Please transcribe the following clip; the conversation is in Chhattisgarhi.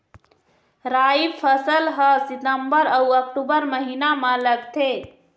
राई फसल हा सितंबर अऊ अक्टूबर महीना मा लगथे